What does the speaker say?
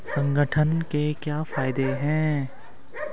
संगठन के क्या फायदें हैं?